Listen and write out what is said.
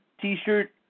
T-shirt